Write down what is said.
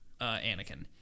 Anakin